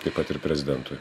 taip pat ir prezidentui